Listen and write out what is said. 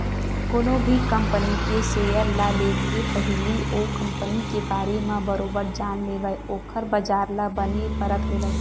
कोनो भी कंपनी के सेयर ल लेके पहिली ओ कंपनी के बारे म बरोबर जान लेवय ओखर बजार ल बने परख लेवय